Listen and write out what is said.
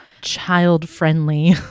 child-friendly